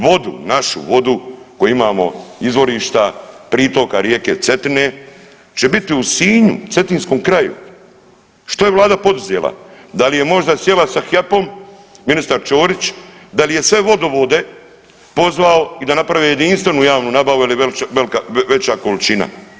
Vodu našu, vodu koju imamo izvorišta pritoka rijeke Cetine će biti u Sinju, cetinskom kraju, što je vlada poduzela, da li je možda sjela sa HEP-om ministar Ćorić, da li je sve vodovode pozvao i da naprave jedinstvenu javnu nabavu jel je velka, veća količina.